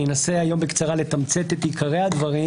אני אנסה היום בקצרה לתמצת את עיקרי הדברים,